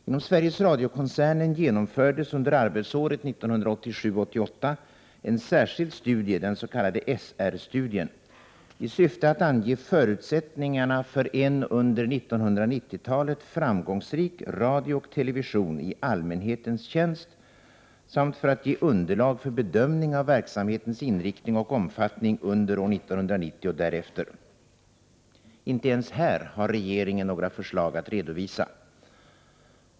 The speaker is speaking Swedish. Inom Sveriges Radio-koncernen genomfördes under arbetsåret 1987/88 en särskild studie, den s.k. SR-studien, i syfte att ange förutsättningarna för en under 1990-talet framgångsrik radio och television i allmänhetens tjänst samt för att ge underlag för bedömning av verksamhetens inriktning och omfattning under år 1990 och därefter. Inte ens här har regeringen några förslag att redovisa.